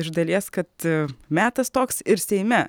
iš dalies kad metas toks ir seime